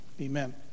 Amen